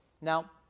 now